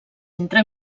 entre